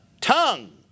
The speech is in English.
tongue